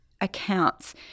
accounts